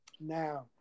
Now